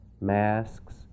masks